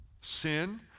sin